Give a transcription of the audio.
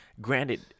granted